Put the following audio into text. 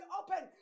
open